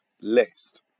list